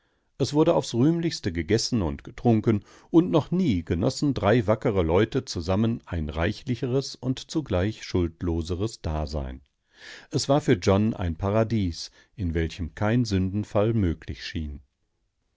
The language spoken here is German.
es wurde aufs rühmlichste gegessen und getrunken und noch nie genossen drei wackere leute zusammen ein reichlicheres und zugleich schuldloseres dasein es war für john ein paradies in welchem kein sündenfall möglich schien